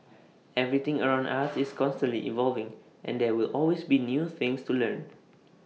everything around us is constantly evolving and there will always be new things to learn